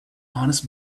honest